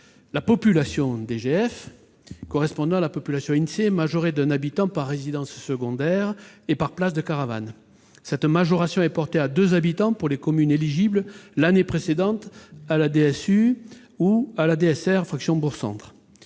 la population DGF, laquelle correspond à la population INSEE majorée d'un habitant par résidence secondaire et par place de caravane. Cette majoration est portée à deux habitants pour les communes éligibles, l'année précédente, à la DSU ou à la DSR fraction bourg-centre.